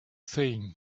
saying